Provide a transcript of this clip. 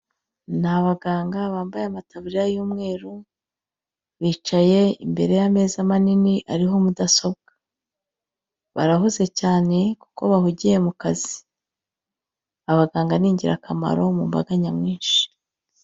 Ni abaganga bambaye amataburiya y'umweru, bicaye imbere y'ameza manini, ariho mudasobwa. Barahuze cyane, kuko bahugiye mu kazi. Abaganga ni ingirakamaro mu mbaga nyamwinshi.